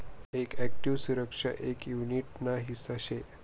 एक इक्विटी सुरक्षा एक युनीट ना हिस्सा शे